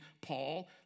Paul